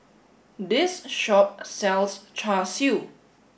this shop sells Char Siu